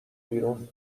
بیرون